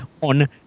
on